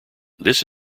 this